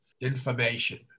information